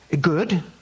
good